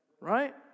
Right